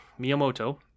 Miyamoto